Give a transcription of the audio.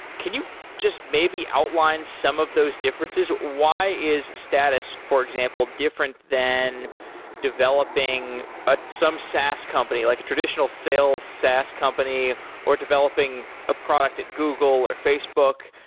can you just maybe outline some of those differences? why is status, for example, different than developing ah some saas company, like a traditional sales saas company or developing a product at google or facebook?